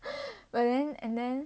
but then and then